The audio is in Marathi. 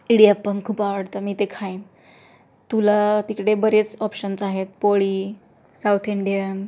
इडिअप्पम खूप आवडतं मी ते खाईन तुला तिकडे बरेच ऑप्शन्स आहेत पोळी साऊथ इंडियन